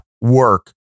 work